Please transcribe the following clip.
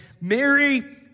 Mary